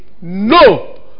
No